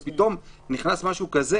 ופתאום נכנס משהו כזה